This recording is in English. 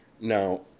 Now